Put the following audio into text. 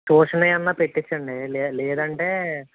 tuition ఏమన్నా పెట్టించండి లే లేదంటే